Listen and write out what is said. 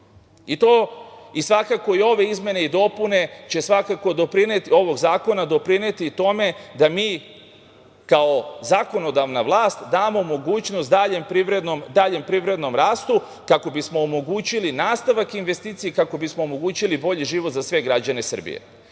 Srbije i izmene i dopune ovog zakona će svakako doprineti tome da mi, kao zakonodavna vlast, damo mogućnost daljem privrednom rastu kako bismo omogućili nastavak investicija i kako bismo omogućili bolji život za sve građane Srbije. Ono